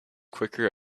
quicker